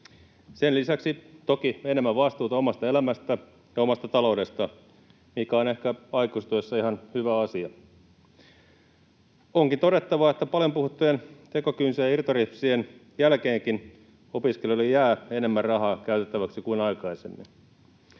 sen lisäksi toki enemmän vastuuta omasta elämästä ja omasta taloudesta, mikä on ehkä aikuistuessa ihan hyvä asia. Onkin todettava, että paljon puhuttujen tekokynsien ja irtoripsien jälkeenkin opiskelijoille jää enemmän rahaa käytettäväksi kuin aikaisemmin.